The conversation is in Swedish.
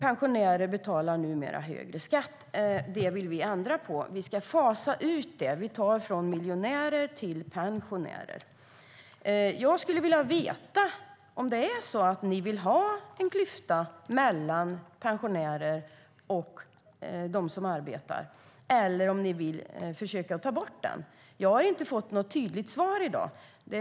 Pensionärer betalar numera också högre skatt. Det vill vi ändra på. Vi ska fasa ut det. Vi tar från miljonärer och ger till pensionärer. Jag skulle vilja veta om ni vill ha en klyfta mellan pensionärer och de som arbetar eller om ni vill försöka ta bort den. Jag har inte fått något tydligt svar i dag.